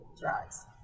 drives